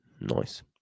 Nice